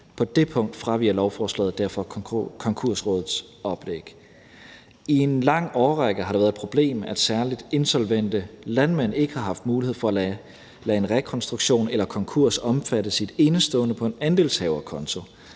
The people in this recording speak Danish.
På det punkt fraviger lovforslaget derfor Konkursrådets oplæg. I en lang årrække har det været et problem, at særlig insolvente landmænd ikke har haft mulighed for at lade en rekonstruktion eller konkurs omfatte deres indestående på en andelshaverkonto.